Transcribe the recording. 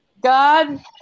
God